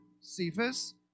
Cephas